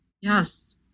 yes